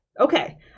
Okay